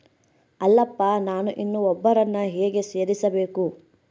ಅಲ್ಲಪ್ಪ ನಾನು ಇನ್ನೂ ಒಬ್ಬರನ್ನ ಹೇಗೆ ಸೇರಿಸಬೇಕು?